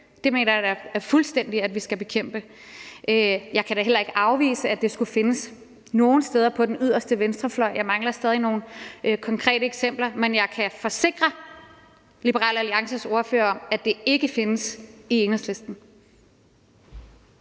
Det mener jeg da fuldstændig at vi skal bekæmpe. Jeg kan da heller ikke afvise, at det skulle findes nogle steder på den yderste venstrefløj – jeg mangler stadig nogle konkrete eksempler – men jeg kan forsikre Liberal Alliances ordfører om, at det ikke findes i Enhedslisten.